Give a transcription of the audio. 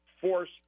force